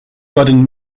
wurden